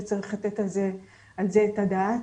וצריך לתת על זה את הדעת.